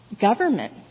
government